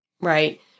right